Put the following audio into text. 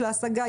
ההשגה,